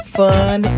fun